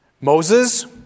Moses